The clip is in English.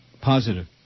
Positive